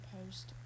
Post